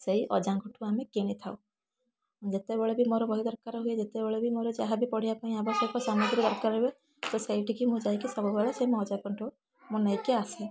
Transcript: ସେଇ ଅଜାଙ୍କଠୁ ଆମେ କିଣି ଥାଉ ଯେତେବେଳେ ବି ମୋର ବହି ଦରକାର ହୁଏ ଯେତେବେଳେ ବି ମୋର ଯାହା ବି ପଢ଼ିବା ପାଇଁ ଆବଶ୍ୟକ ସାମଗ୍ରୀ ଦରକାର ହୁଏ ସେ ସେଇଠିକି ମୁଁ ଯାଇକି ସବୁବେଳେ ମୋ ଅଜାଙ୍କଠୁ ମୁଁ ନେଇକି ଆସେ